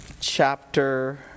chapter